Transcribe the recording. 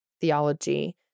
theology